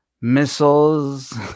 Missiles